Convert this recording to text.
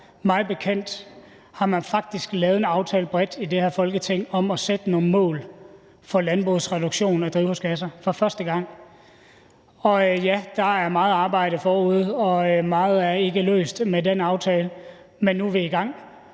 gang – faktisk har lavet en aftale bredt i det her Folketing om at sætte nogle mål for reduktion af landbrugets udledning af drivhusgasser. Og ja, der er meget arbejde forude, og meget er ikke løst med den aftale, men nu er vi i gang,